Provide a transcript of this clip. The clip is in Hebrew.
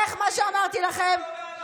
איך מה שאמרתי לכם?